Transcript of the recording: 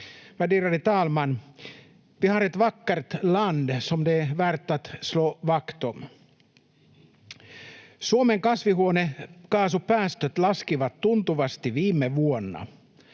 Värderade talman! Vi har ett vackert land som det är värt att slå vakt om. Suomen kasvihuonekaasupäästöt laskivat tuntuvasti viime vuonna.